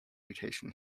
vacation